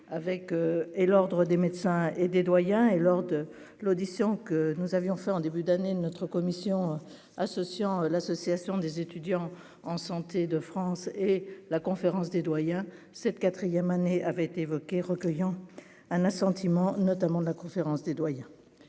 avec et l'Ordre des médecins et des doyens et lors de l'audition que nous avions fait en début d'année, notre commission associant l'association des étudiants en santé de France et la conférence des doyens cette quatrième année avait été évoquée, recueillant un assentiment notamment de la conférence des doyens